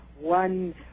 One